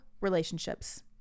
relationships